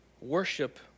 Worship